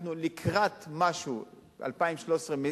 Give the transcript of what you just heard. אנחנו לקראת משהו ב-2013.